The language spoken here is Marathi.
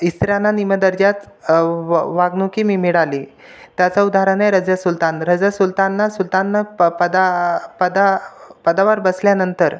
इस्त्र्यांना निम्न दर्जात व वं वागणुक मि मिळाली त्याचं उदाहरण आहे रझिया सुलतान रझिया सुलताननं सुलताननं पापंदा पदा पदावर बसल्यानंतर